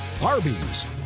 Arby's